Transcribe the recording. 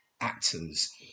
actors